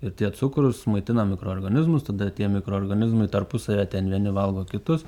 ir tie cukrus maitina mikroorganizmus tada tie mikroorganizmai tarpusavyje ten vieni valgo kitus